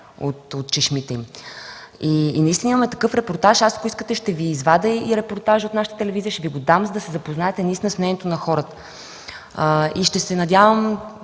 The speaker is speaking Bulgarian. от чешмите им. Наистина имаме такъв репортаж. Аз, ако искате, ще Ви извадя и репортажа от нашата телевизия, ще Ви го дам, за да се запознаете наистина с мнението на хората. Ще се надявам